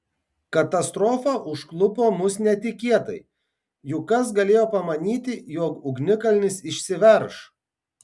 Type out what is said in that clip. katastrofa užklupo mus netikėtai juk kas galėjo pamanyti jog ugnikalnis išsiverš